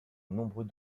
nombreux